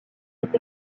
est